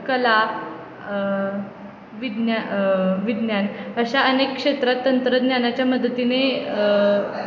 कला विज्ञा विज्ञान अशा अनेक क्षेत्रात तंत्रज्ञानाच्या मदतीने